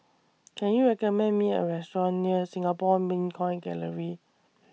Can YOU recommend Me A Restaurant near Singapore Mint Coin Gallery